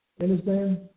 understand